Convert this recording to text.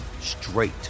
straight